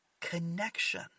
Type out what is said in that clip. connection